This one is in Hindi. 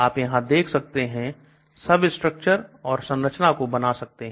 आप यहां देख सकते हैं substructure और संरचना को बना सकते हैं